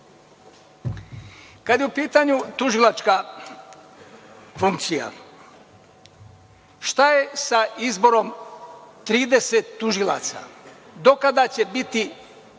je u pitanju tužilačka funkcija, šta je sa izborom 30 tužilaca, do kada će biti